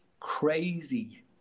crazy